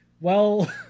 well-